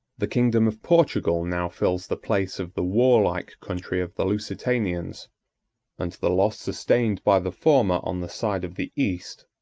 the kingdom of portugal now fills the place of the warlike country of the lusitanians and the loss sustained by the former on the side of the east,